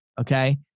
okay